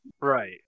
right